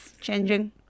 changing